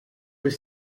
were